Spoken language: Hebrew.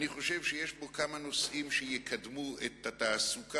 אני חושב שיש בו כמה נושאים שיקדמו את התעסוקה,